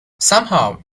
somehow